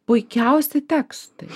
puikiausi tekstai